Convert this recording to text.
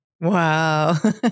Wow